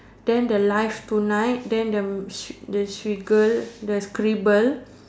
then the live tonight then the sc~ the scribble the scribble